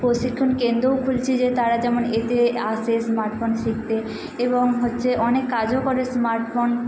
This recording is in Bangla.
প্রশিক্ষণ কেন্দ্রও খুলছি যে তারা যেমন এতে আসে স্মার্ট ফোন শিখতে এবং হচ্ছে অনেক কাজও করে স্মার্ট ফোন